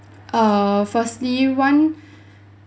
err firstly one